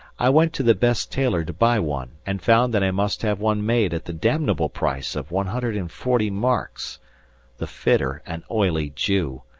i went to the best tailor to buy one, and found that i must have one made at the damnable price of one hundred and forty marks the fitter, an oily jew,